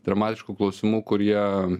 dramatiškų klausimų kurie